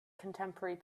contemporary